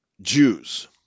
Jews